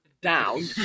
down